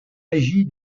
agi